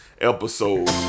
episode